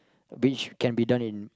the beach can be done in